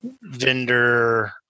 vendor